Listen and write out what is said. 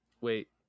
Wait